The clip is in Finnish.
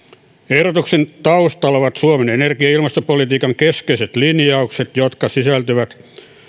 ehdotuksen taustalla ovat suomen energia ja ilmastopolitiikan keskeiset linjaukset jotka sisältyvät